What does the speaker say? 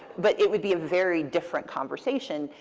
but it would be a very different conversation.